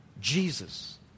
Jesus